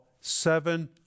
seven